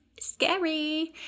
Scary